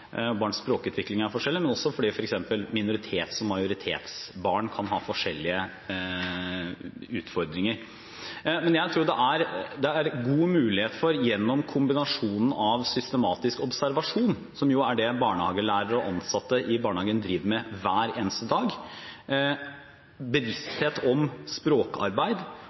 barn, barns språkutvikling er forskjellig – og fordi f.eks. minoritetsbarn og majoritetsbarn kan ha forskjellige utfordringer. Men jeg tror det er god mulighet for å få et bedre språkarbeid gjennom en kombinasjon av systematisk observasjon – som jo er det barnehagelærere og ansatte i barnehagen driver med hver eneste dag – og bevissthet om språkarbeid,